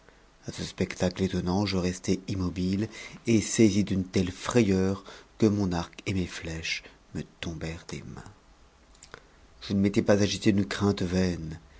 a ce spectacle étonnant je restai immobile et saisi d'une telle frayeur que mon arc et mes sèches me tombèrent des mains je n'étais pas agité d'une crainte vaine